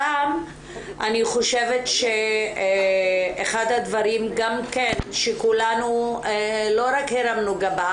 הפעם אני חושבת שאחד הדברים שכולנו לא רק הרמנו גבה